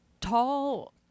tall